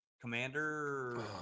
Commander